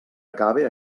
acabe